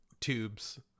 tubes